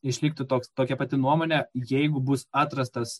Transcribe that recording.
išliktų toks tokia pati nuomone jeigu bus atrastas